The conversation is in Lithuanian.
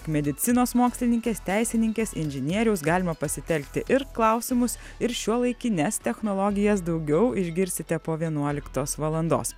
medicinos mokslininkės teisininkės inžinieriaus galima pasitelkti ir klausimus ir šiuolaikines technologijas daugiau išgirsite po vienuoliktos valandos